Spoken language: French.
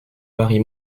marie